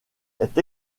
est